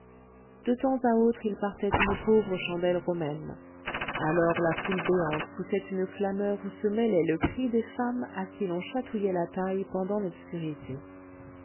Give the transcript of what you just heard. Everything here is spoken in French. de temps à autre il partait une pauvre chandelle romaine alors la foule béante poussait une clameur où se mêlait le cri des femmes à qui l'on chatouillait la taille pendant l'obscurité